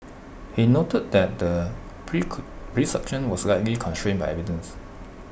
he noted that the prosecution was likely constrained by evidence